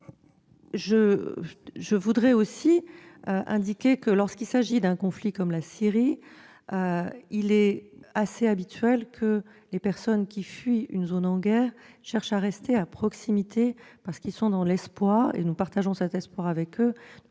Je voudrais aussi indiquer que lorsqu'il s'agit d'un conflit comme le conflit syrien, il est assez habituel que les personnes fuyant une zone de guerre cherchent à rester à proximité, parce qu'elles ont l'espoir- et nous partageons cet espoir avec elles